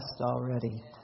already